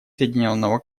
соединенного